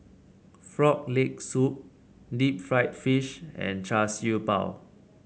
Frog Leg Soup Deep Fried Fish and Char Siew Bao